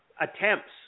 attempts